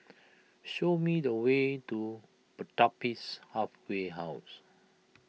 show me the way to Pertapis Halfway House